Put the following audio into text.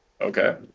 Okay